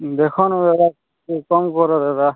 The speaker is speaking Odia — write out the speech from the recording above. ଦେଖନୁ ଦାଦା ଟିକେ କମ୍ କର ଦାଦା